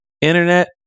Internet